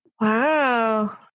wow